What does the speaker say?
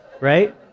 right